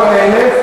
כל אלה,